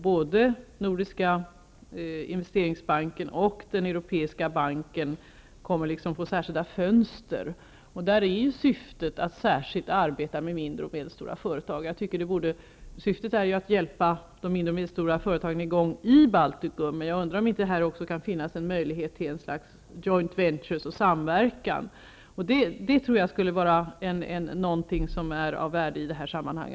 Både Nordiska investeringsbanken och Europeiska utvecklingsbanken kommer liksom att få särskilda fönster, och syftet är att särskilt arbeta med mindre och medelstora företag. Man skall hjälpa de mindre och medelstora företagen att komma i gång i Baltikum, men jag undrar om det inte också kan finnas möjlighet till en sorts joint venture, en samverkan. Detta tror jag skulle vara av värde också i detta sammanhang.